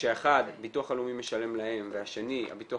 כשאחד ביטוח לאומי משלם להם והשני הביטוח